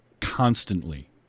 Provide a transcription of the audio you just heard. constantly